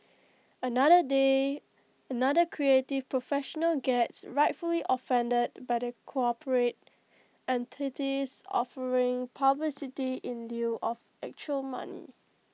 another day another creative professional gets rightfully offended by the corporate entities offering publicity in lieu of actual money